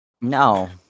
No